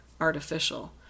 artificial